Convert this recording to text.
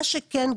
מה שכן,